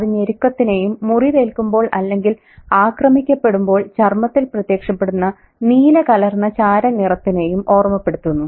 അത് ഞെരുക്കത്തിനെയും മുറിവേൽക്കുമ്പോൾ അല്ലെങ്കിൽ ആക്രമിക്കപ്പെടുമ്പോൾ ചർമ്മത്തിൽ പ്രത്യക്ഷപ്പെടുന്ന നീലകലർന്ന ചാരനിറത്തിനെയും ഓർമപ്പെടുത്തുന്നു